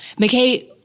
McKay